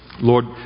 Lord